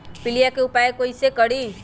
पीलिया के उपाय कई से करी?